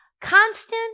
Constant